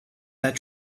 that